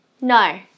No